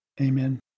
Amen